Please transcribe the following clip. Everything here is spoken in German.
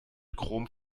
chrome